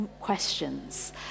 questions